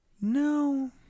No